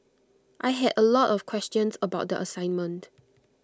I had A lot of questions about the assignment